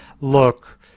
Look